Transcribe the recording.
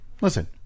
listen